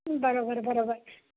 बरोबर बरोबर